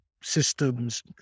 systems